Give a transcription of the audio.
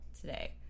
today